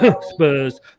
Spurs